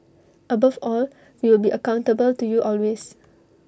above all we will be accountable to you always